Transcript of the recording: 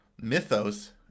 mythos